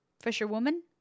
fisherwoman